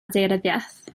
daearyddiaeth